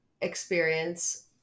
experience